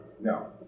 No